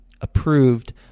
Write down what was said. approved